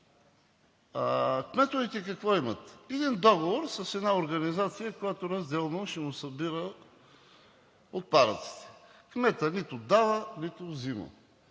Кметовете какво имат? Един договор с една организация, която разделно ще му събира отпадъците – кметът нито дава, нито взима.